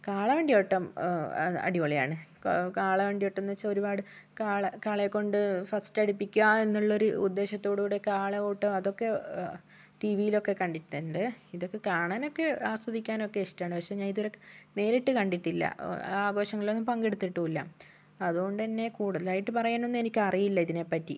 കാളവണ്ടിയോട്ടം അടിപൊളിയാണ് കാളവണ്ടിയോട്ടം എന്നു വച്ചാൽ ഒരുപാട് കാള കാളയെക്കൊണ്ട് ഫസ്റ്റ് അടുപ്പിക്കുക എന്നുള്ളൊരു ഉദ്ദേശത്തോടുകൂടി കാളയോട്ടം അതൊക്കെ ടി വിയിലൊക്കെ കണ്ടിട്ടുണ്ട് ഇതൊക്കെ കാണാനൊക്കെ ആസ്വദിക്കാനൊക്കെ ഇഷ്ടമാണ് പക്ഷെ ഞാൻ ഇതുവരെ നേരിട്ടു കണ്ടിട്ടില്ല ആഘോഷങ്ങളിലൊന്നും പങ്കെടുത്തിട്ടുമില്ല അതുകൊണ്ടുതന്നെ കൂടുതലായിട്ട് പറയാനൊന്നും എനിക്ക് അറിയില്ല ഇതിനെപ്പറ്റി